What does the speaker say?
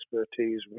expertise